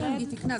היא תיקנה.